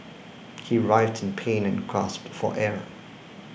he writhed in pain and gasped for air